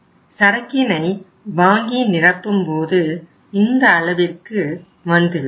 சரக்கினை வாங்கி நிரப்பும்போது இந்த அளவிற்கு வந்து விடும்